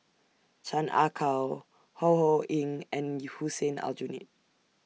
Chan Ah Kow Ho Ho Ying and Hussein Aljunied